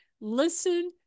listen